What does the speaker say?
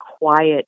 quiet